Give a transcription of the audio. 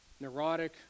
neurotic